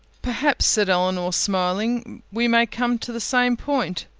perhaps, said elinor, smiling, we may come to the same point.